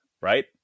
right